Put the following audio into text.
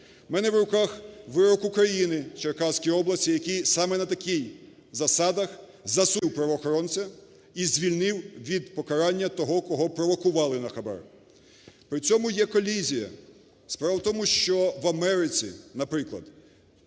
У мене в руках вирок України в Черкаські області, який саме на таких засадах засудив правоохоронця і звільнив від покарання того, кого провокували на хабар. При цьому є колізія. Справа в тому, що в Америці, наприклад,